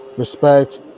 respect